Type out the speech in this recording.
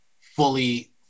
fully